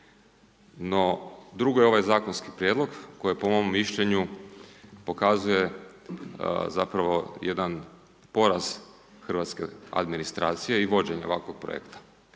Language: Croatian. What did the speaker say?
No, drugo je ovaj zakonski prijedlog, koji po mom mišljenju pokazuje zapravo jedan poraz hrvatske administracije i vođenje ovakvog projekta.